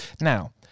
Now